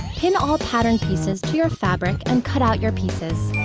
pin all pattern pieces to your fabric and cut out your pieces.